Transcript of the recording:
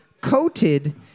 coated